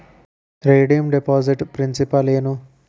redeem deposit principal ಏನು